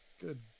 Good